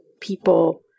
people